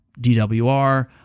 DWR